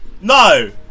No